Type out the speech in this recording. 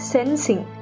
Sensing